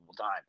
time